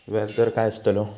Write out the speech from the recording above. व्याज दर काय आस्तलो?